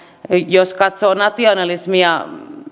jos katsoo nationalismia